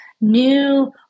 new